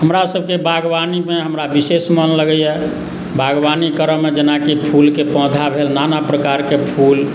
हमरासभके बागवानीमे हमरा विशेष मन लगैए बागवानी करयमे जेनाकि फूलके पौधा भेल नाना प्रकारके फूल